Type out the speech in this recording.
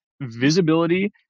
visibility